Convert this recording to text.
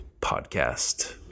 podcast